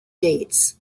dates